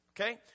okay